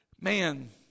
man